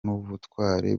n’ubutwari